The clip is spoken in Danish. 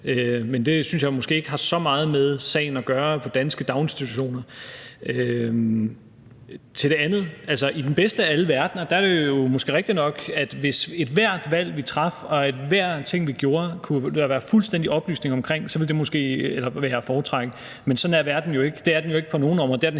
Men det synes jeg måske ikke har så meget med sagen i danske daginstitutioner at gøre. Til det andet: I den bedste af alle verdener er det jo måske rigtigt nok, at det, hvis der i forhold til ethvert valg, vi traf, og enhver ting, vi gjorde, kunne være fuldstændig oplysning omkring det, så ville være at foretrække. Men sådan er verden jo ikke. Det er den jo ikke på nogen områder,